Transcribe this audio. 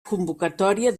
convocatòria